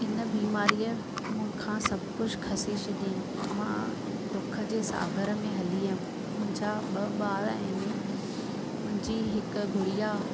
इन बीमारीअ मूंखां सभु कुझु खसे छॾईं मां दुख जे सागर में हली वियमि मुंहिंजा ॿ ॿार आहिनि मुंहिंजी हिकु गुड़िया